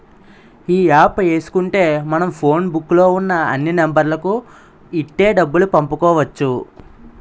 ఈ యాప్ ఏసుకుంటే మనం ఫోన్ బుక్కు లో ఉన్న అన్ని నెంబర్లకు ఇట్టే డబ్బులు పంపుకోవచ్చు